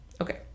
Okay